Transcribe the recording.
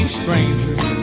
strangers